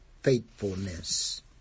faithfulness